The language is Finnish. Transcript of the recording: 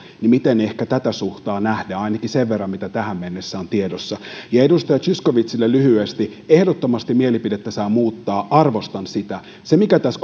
miten tätä suhtaa nähdään ainakin sen verran kuin tähän mennessä on tiedossa ja edustaja zyskowiczille lyhyesti ehdottomasti mielipidettä saa muuttaa arvostan sitä se mikä tässä